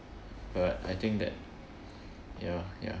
but I think that ya ya